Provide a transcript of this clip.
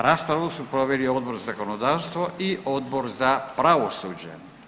Raspravu su proveli Odbor za zakonodavstvo i Odbor za pravosuđe.